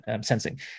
sensing